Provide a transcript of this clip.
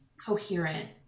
coherent